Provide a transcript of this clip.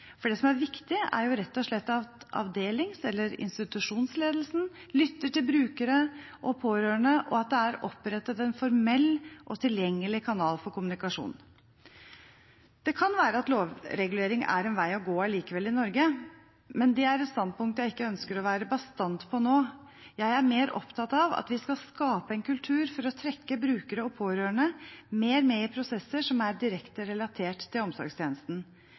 Det som er viktig, er rett og slett at avdelings- eller institusjonsledelsen lytter til brukere og pårørende, og at det er opprettet en formell og tilgjengelig kanal for kommunikasjon. Det kan være at lovregulering er en vei å gå allikevel i Norge, men det er et standpunkt jeg ikke ønsker å være bastant på nå. Jeg er mer opptatt av at vi skal skape en kultur for å trekke brukere og pårørende mer med i prosesser som er direkte relatert til omsorgstjenesten.